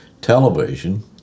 television